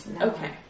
Okay